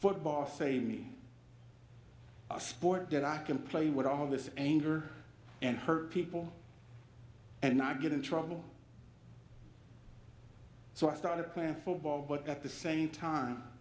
bar same me a sport that i can play with all this anger and hurt people and i get in trouble so i started playing football but at the same time